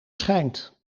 schijnt